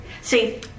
See